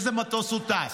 על איזה מטוס הוא טס.